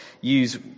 use